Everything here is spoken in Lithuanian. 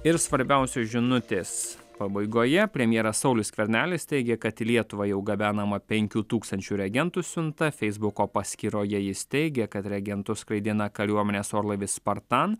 ir svarbiausios žinutės pabaigoje premjeras saulius skvernelis teigė kad į lietuvą jau gabenama penkių tūkstančių reagentų siunta feisbuko paskyroje jis teigia kad reagentus skraidina kariuomenės orlaivis spartan